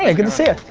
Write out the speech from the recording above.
ah good to see ah